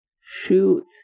shoot